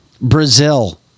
Brazil